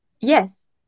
yes